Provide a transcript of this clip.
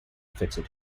fitted